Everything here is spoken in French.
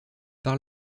par